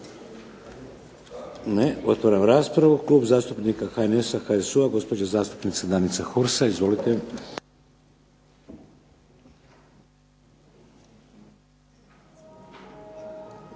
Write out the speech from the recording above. Ne. Otvaram raspravu. Klub zastupnika HNS-HSU-a, gospođa zastupnica Danica Hursa. Izvolite.